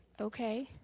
okay